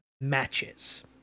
matches